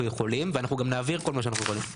יכולים וגם נעביר כל מה שאנחנו יכולים.